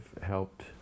helped